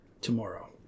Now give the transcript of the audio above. tomorrow